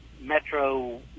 Metro